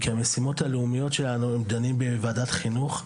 כי המשימות הלאומיות שלנו דנים בוועדת חינוך,